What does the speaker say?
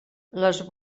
les